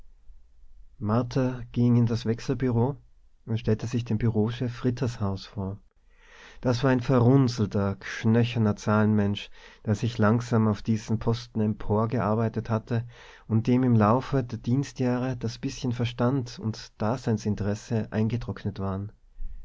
ging in das wechselbureau und stellte sich dem bureauchef rittershaus vor das war ein verrunzelter knöcherner zahlenmensch der sich langsam auf diesen posten emporgearbeitet hatte und dem im laufe der dienstjahre das bißchen verstand und daseinsinteresse eingetrocknet waren